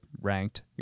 ranked